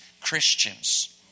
Christians